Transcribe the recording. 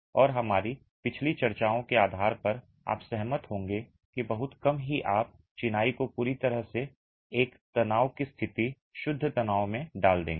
और हमारी पिछली चर्चाओं के आधार पर आप सहमत होंगे कि बहुत कम ही आप चिनाई को पूरी तरह से एक तनाव की स्थिति शुद्ध तनाव में डाल देंगे